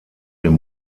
dem